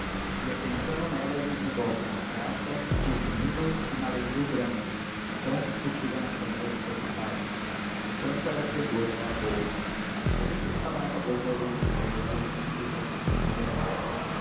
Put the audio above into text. ia pensando nela e nos negócios da praça nos meninos e na lei rio branco então discutida na câmara dos deputados o banco era credor da lavoura também pensava na cabocla do castelo e no que teria dito à mulher